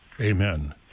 Amen